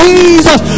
Jesus